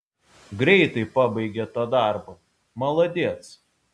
greitai pabaigė tą darbą maladėc